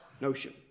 notion